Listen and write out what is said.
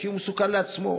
כי הוא מסוכן לעצמו.